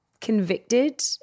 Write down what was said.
convicted